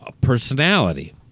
personality